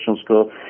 school